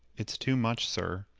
it's too much, sir.